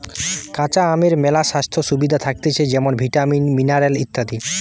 কাঁচা আমের মেলা স্বাস্থ্য সুবিধা থাকতিছে যেমন ভিটামিন, মিনারেল ইত্যাদি